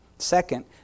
Second